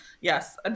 Yes